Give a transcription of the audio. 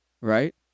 right